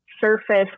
surface